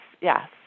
yes